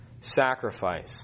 sacrifice